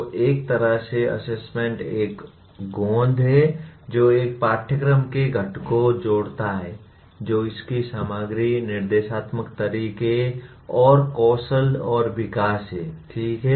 तो एक तरह से असेसमेंट एक गोंद है जो एक पाठ्यक्रम के घटकों को जोड़ता है जो इसकी सामग्री निर्देशात्मक तरीके और कौशल और विकास है ठीक है